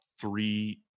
three